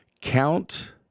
count